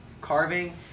carving